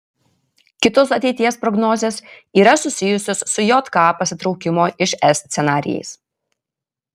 kitos ateities prognozės yra susijusios su jk pasitraukimo iš es scenarijais